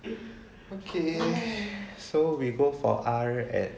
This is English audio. okay so we both for R at